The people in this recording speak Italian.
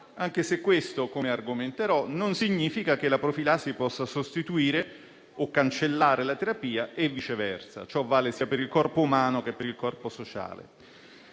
anche se questo - come argomenterò - non significa però che la profilassi possa sostituire o cancellare la terapia e viceversa. Ciò vale sia per il corpo umano, che per il corpo sociale.